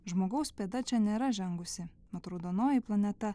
žmogaus pėda čia nėra žengusi mat raudonoji planeta